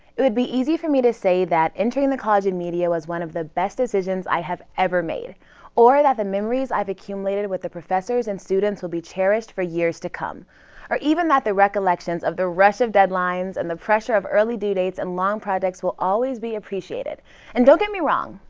it would be easy for me to say that entry in the college of media was one of the best decisions i have ever made or that the memories i've accumulated with the professors and students will be cherished for years to come or even that the recollections of the rush of deadlines and the pressure of early due dates and long projects will always be appreciated and don't get me wrong,